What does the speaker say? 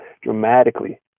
dramatically